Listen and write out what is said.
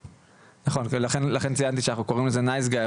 לכן ציינתי שאנחנו קוראים לזה "נייס-גיי",